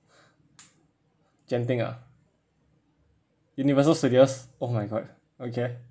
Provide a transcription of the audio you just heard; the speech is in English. genting ah universal studios oh my god okay